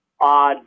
odd